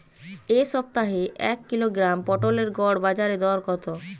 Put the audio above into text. এ সপ্তাহের এক কিলোগ্রাম পটলের গড় বাজারে দর কত?